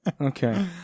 Okay